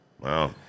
Wow